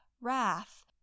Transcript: wrath